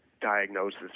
diagnosis